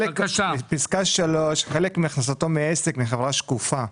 פסקה (3), חלק מהכנסתו מעסק מחברה שקופה.